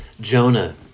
Jonah